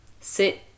sit